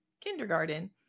kindergarten